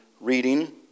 reading